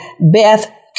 Beth